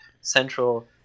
central